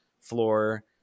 floor